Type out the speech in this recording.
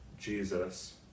Jesus